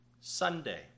Sunday